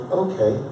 okay